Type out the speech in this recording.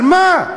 על מה?